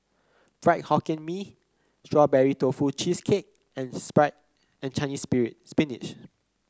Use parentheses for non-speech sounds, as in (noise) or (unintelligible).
Fried Hokkien Mee Strawberry Tofu Cheesecake and (unintelligible) Chinese (unintelligible) Spinach